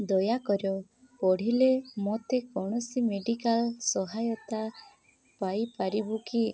ଦୟା କର ପଢ଼ିଲେ ମୋତେ କୌଣସି ମେଡ଼ିକାଲ ସହାୟତା ପାଇପାରିବୁ କି